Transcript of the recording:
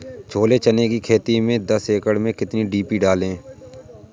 छोले चने की खेती में दस एकड़ में कितनी डी.पी डालें?